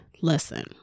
listen